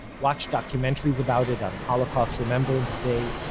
watched documentaries about it on holocaust remembrance days,